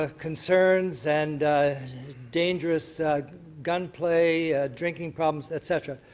ah concerns and dangerous gun play, drinking problems, et cetera.